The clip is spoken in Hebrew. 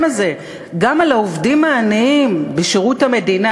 הזה גם על העובדים העניים בשירות המדינה,